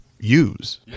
use